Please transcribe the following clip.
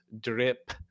drip